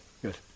Good